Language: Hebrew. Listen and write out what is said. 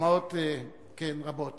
דוגמאות רבות.